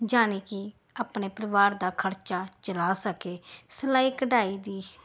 ਯਾਨੀ ਕਿ ਆਪਣੇ ਪਰਿਵਾਰ ਦਾ ਖਰਚਾ ਚਲਾ ਸਕੇ ਸਿਲਾਈ ਕਢਾਈ ਦੀ